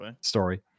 story